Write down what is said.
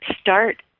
start